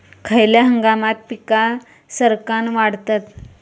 खयल्या हंगामात पीका सरक्कान वाढतत?